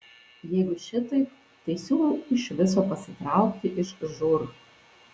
jeigu šitaip tai siūlau iš viso pasitraukti iš žūr